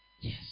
Yes